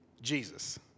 Jesus